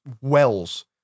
wells